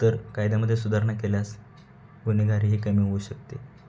तर कायद्यामध्ये सुधारणा केल्यास गुन्हेगारी ही कमी होऊ शकते